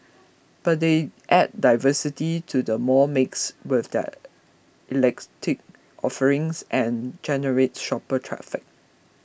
but they add diversity to the mall mix with their offerings and generate shopper traffic